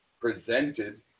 presented